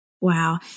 Wow